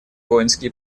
воинские